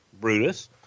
brutus